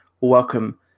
Welcome